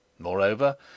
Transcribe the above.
Moreover